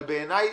אבל, בעיניי,